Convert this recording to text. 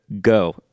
go